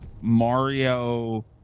mario